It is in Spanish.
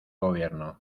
gobierno